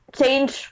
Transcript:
change